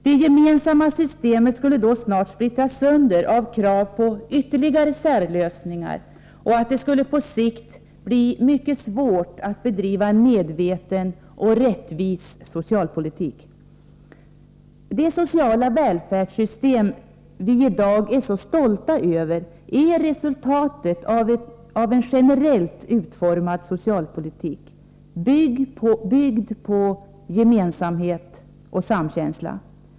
Det gemensamma systemet skulle då snart splittras sönder av krav på ytterligare särlösningar, och det skulle på sikt bli mycket svårt att bedriva en medveten och rättvis socialpolitik. Det sociala välfärdssystem vi i dag är så stolta över är resultatet av en generellt utformad socialpolitik, byggd på gemensamhet och samkänsla.